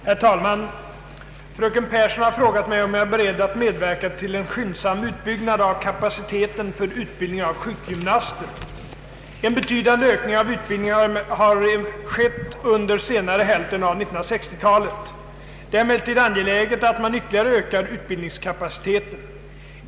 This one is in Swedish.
Herr talman! Fröken Pehrsson har frågat mig om jag är beredd att medverka till en skyndsam utbyggnad av kapaciteten för utbildning av sjukgymnaster. En betydande ökning av utbildningen har skett under senare hälften av 1960-talet. Det är emellertid angeläget att man ytterligare ökar utbildningskapaciteten.